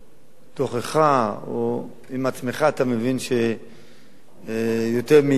שבתוך-תוכך או עם עצמך אתה מבין שיותר מהגזמת.